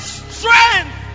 strength